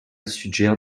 suggère